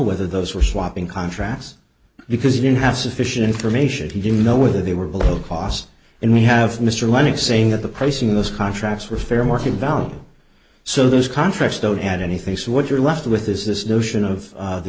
whether those were swapping contrasts because he didn't have sufficient information he didn't know whether they were below cost and we have mr lennox saying that the pricing of those contracts were fair market value so those contracts don't add anything so what you're left with is this notion of the t